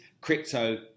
crypto